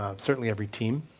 ah certainly every team,